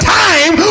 time